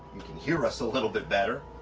hear us a little bit better.